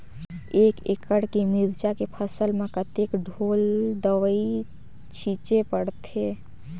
एक एकड़ के मिरचा के फसल म कतेक ढोल दवई छीचे पड़थे?